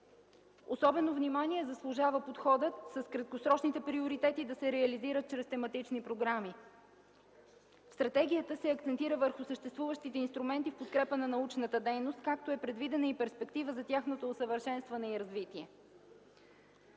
Особено внимание заслужава подходът краткосрочните приоритети да се реализират чрез тематични програми. Стратегията акцентира върху съществуващите инструменти в подкрепа на научната дейност, като е предвидена и перспектива за тяхното усъвършенстване и развитие.